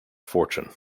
fortune